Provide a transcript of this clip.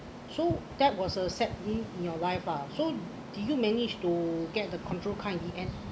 so that was a sad moment in your life lah so did you manage to get the control in the end